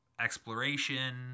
exploration